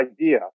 idea